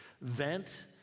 vent